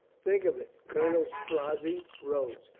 think of it. colonel strozzi rose.